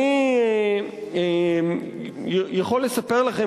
אני יכול לספר לכם,